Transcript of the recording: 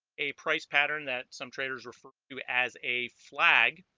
a price pattern that some traders refer to as a flag